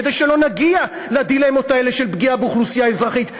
כדי שלא נגיע לדילמות האלה של פגיעה באוכלוסייה אזרחית.